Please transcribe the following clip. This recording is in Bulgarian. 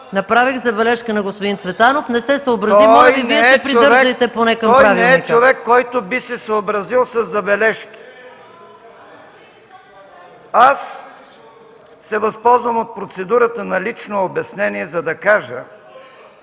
Направих забележка на господин Цветанов, не се съобрази. Моля Ви, Вие се придържайте поне към правилника. ЛЮТВИ МЕСТАН: Той не е човек, който би се съобразил със забележка. Възползвам се от процедурата на лично обяснение, за да кажа: